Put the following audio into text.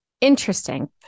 interesting